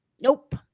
nope